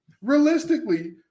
Realistically